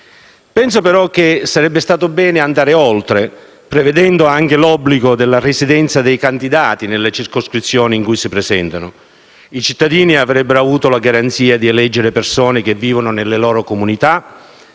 Penso però che sarebbe stato bene andare oltre, prevedendo anche l'obbligo della residenza dei candidati nelle circoscrizioni in cui si presentano. I cittadini avrebbero avuto la garanzia di eleggere persone che vivono nelle loro comunità,